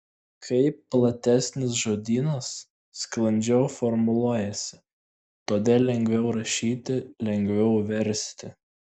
kai platesnis žodynas sklandžiau formuluojasi todėl lengviau rašyti lengviau versti